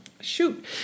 shoot